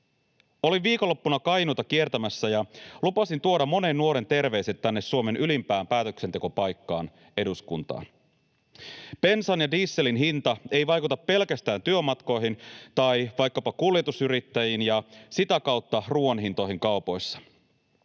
Olin viikonloppuna Kainuuta kiertämässä, ja lupasin tuoda monen nuoren terveiset tänne Suomen ylimpään päätöksentekopaikkaan, eduskuntaan. Bensan ja dieselin hinta ei vaikuta pelkästään työmatkoihin tai vaikkapa kuljetusyrittäjiin ja sitä kautta ruoan hintoihin kaupoissa.